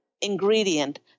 ingredient